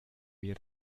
wir